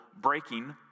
breaking